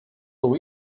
will